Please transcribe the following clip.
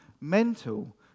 mental